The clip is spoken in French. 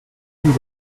vous